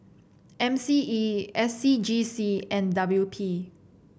M C E S C G C and W P